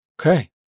Okay